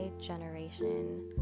generation